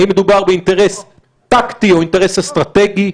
האם מדובר באינטרס טקטי או באינטרס אסטרטגי?